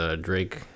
Drake